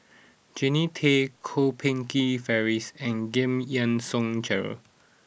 Jannie Tay Kwok Peng Kin Francis and Giam Yean Song Gerald